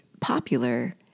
popular